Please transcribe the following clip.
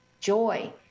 joy